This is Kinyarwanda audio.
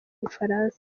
bufaransa